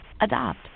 Adopt